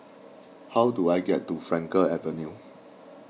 how do I get to Frankel Avenue